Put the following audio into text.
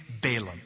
Balaam